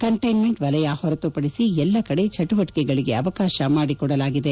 containment ವಲಯ ಹೊರತುಪಡಿಸಿ ಎಲ್ಲ ಕಡೆ ಚಟುವಟಿಕೆಗಳಿಗೆ ಅವಕಾಶ ಮಾಡಿಕೊಡಲಾಗಿದೆ